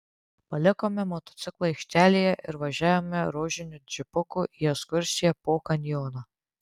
palikome motociklą aikštelėje ir važiavome rožiniu džipuku į ekskursiją po kanjoną